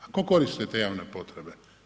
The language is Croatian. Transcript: A tko koristi te javne potrebe?